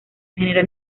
genera